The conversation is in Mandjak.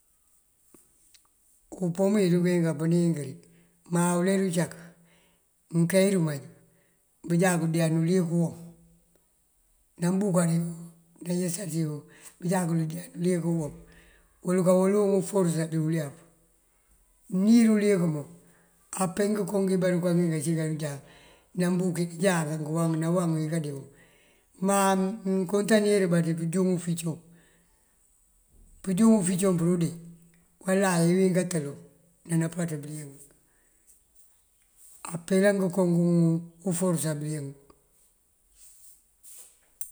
Umpom iyí runkee apëni inkëri má uler uncak mëke irumaj bunjaku ndeen uliyëk uwum. Nambunkari, nayësasiwo bunká kël ndee uliyëk uwum uwël kawëlun uforësa dí ulef. Mëncir uliyëk wun apee ngënkoo ngí baruka ngink ací koorëjá nambúki nënjá ngëwam ngëwam wí kajoo. Má mënkuntanir bá dí pëjúŋ ufincoŋ, pënjúŋ ufincoŋ pundee walay iwín katëlu ná nampaţu bëliyëng. Apelan ngënko ngun uforësa bëliyëng.